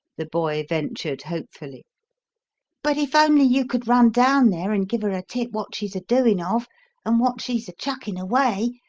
the boy ventured hopefully but if only you could run down there and give her a tip what she's a doing of and what she's a chuckin' away,